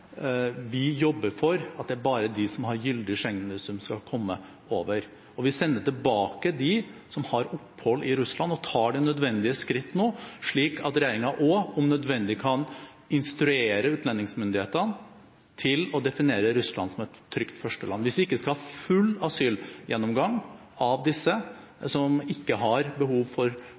Vi jobber for at det bare er de som har gyldig Schengen-visum, som skal komme over. Vi sender tilbake dem som har opphold i Russland, og tar de nødvendige skritt nå slik at regjeringen også om nødvendig kan instruere utlendingsmyndighetene til å definere Russland som et trygt førsteland. Hvis vi ikke skal ha full asylgjennomgang av disse, som ikke har behov for